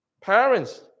parents